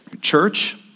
church